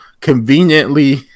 Conveniently